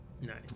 Nice